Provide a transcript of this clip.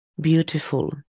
beautiful